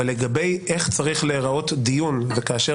אבל לגבי איך צריך להיראות דיון וכאשר